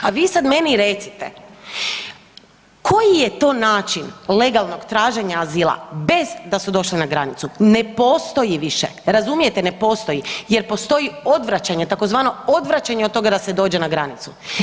A vi sad meni recite koji je to način legalnog traženja azila bez da su došle na granicu, ne postoji više, razumijete ne postoji jer postoji odvraćanje tzv. odvraćanje od toga da se dođe na granicu.